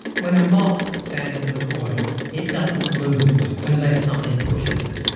when a mop stands in the corner it doesn't move unless something pushes it,